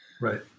Right